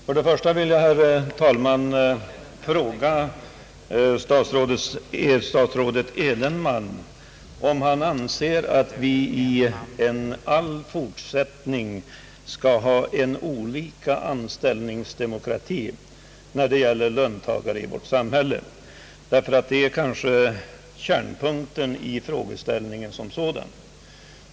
Jag skulle vilja fråga statsrådet Edenman, om han anser att vi i all framtid skall ha olika anställningsdemokrati när det gäller löntagare i vårt samhälle. Det är kanske kärnpunkten i frågeställningen som sådan.